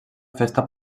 festa